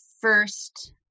first